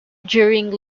during